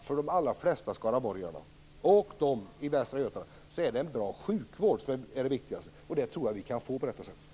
För de allra flesta skaraborgare och för de andra som bor i västra Götaland är det en bra sjukvård som är det viktigaste. Det tror jag att vi kan få på detta sätt.